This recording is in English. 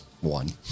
One